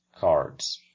cards